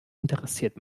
interessiert